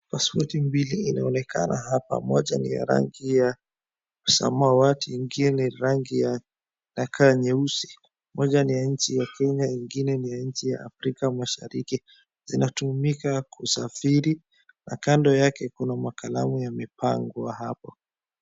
Paspoti mbili inaonekana hapa. Moja ni ya rangi ya samawati, ingine rangi ya, inakaa nyeusi. Moja ni ya nchi ya Kenya ingine ni ya nchi ya Afrika Mashariki. Zinatumika kusafiri, na kando yake kuna makalamu yamepangwa hapo.